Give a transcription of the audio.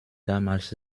damals